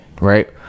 right